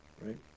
right